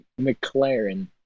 McLaren